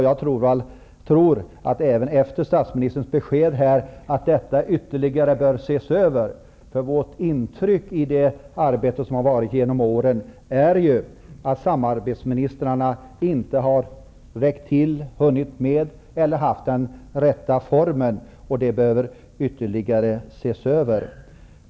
Jag tror, även efter statsministerns besked, att detta bör ses över ytterligare. Vårt intryck av det arbete som har pågått under åren är att samarbetsministrarna inte har räckt till, inte hunnit med eller att arbetet inte har haft den rätta formen. Detta behöver ytterligare ses över.